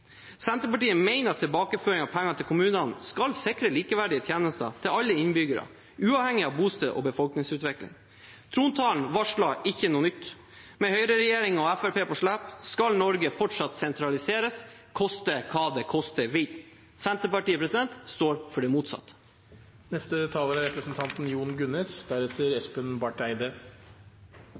Senterpartiet mener at tilbakeføring av penger til kommunene skal sikre likeverdige tjenester til alle innbyggere, uavhengig av bosted og befolkningsutvikling. Trontalen varslet ikke noe nytt. Med høyreregjering og Fremskrittspartiet på slep skal Norge fortsatt sentraliseres, koste hva det koste vil. Senterpartiet står for det motsatte.